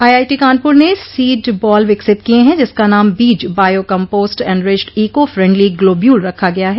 IIT Kanpur ने seed ball विकसित किए हैं जिसका नाम बीज bio compost enriched eco friendly globule रखा गया है